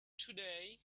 today